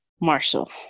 Marshall